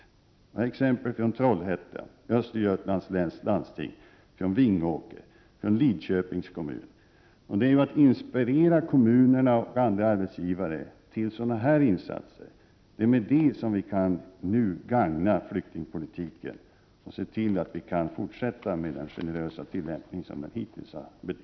Det finns exempel från Trollhättan och Östergötlands läns landsting, från Vingåkers och Lidköpings kommuner. Det är genom att inspirera kommunerna och andra arbetsgivare till sådana här insatser som vi nu kan gagna flyktingpolitiken och se till att vi kan fortsätta med den generösa tillämpning som vi hittills har bedrivit.